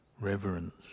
reverence